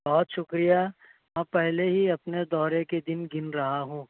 بہت شُکریہ میں پہلے ہی اپنے دورے کے دِن گِن رہا ہوں